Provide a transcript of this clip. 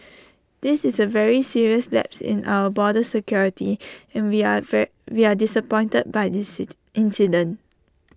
this is A very serious lapse in our border security and we are we are disappointed by this city incident